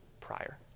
prior